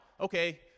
Okay